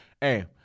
hey